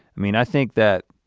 i mean i think that.